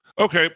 Okay